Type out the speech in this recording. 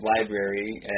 library